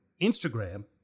Instagram